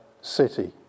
city